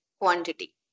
quantity